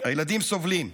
הילדים סובלים.